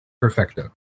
Perfecto